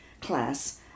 class